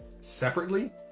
separately